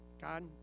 God